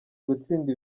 gutsinda